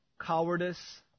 Cowardice